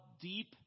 deep